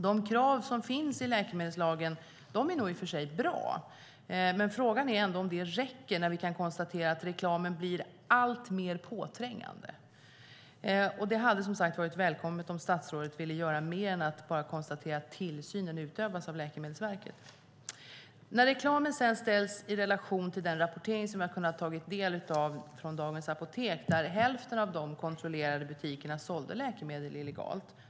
De krav som finns i läkemedelslagen är nog i och för sig bra. Men frågan är ändå om det räcker när vi kan konstatera att reklamen blir alltmer påträngande. Det hade det varit välkommet om statsrådet velat göra mer än att bara konstatera att tillsyn utövas av Läkemedelsverket. Reklamen kan sedan ställas i relation till den rapportering som vi har kunnat ta del av från Dagens Apotek och som visar att hälften av de kontrollerade butikerna sålde läkemedel illegalt.